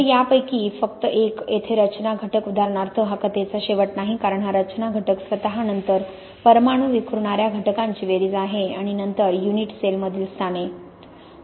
तर यापैकी फक्त एक येथे रचना घटक उदाहरणार्थ हा कथेचा शेवट नाही कारण हा रचना घटक स्वतः नंतर परमाणु विखुरणाऱ्या घटकांची बेरीज आहे आणि नंतर युनिट सेलमधील स्थाने